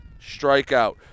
strikeout